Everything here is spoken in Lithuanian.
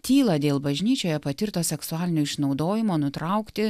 tylą dėl bažnyčioje patirto seksualinio išnaudojimo nutraukti